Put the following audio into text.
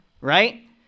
right